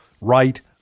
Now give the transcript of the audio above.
Right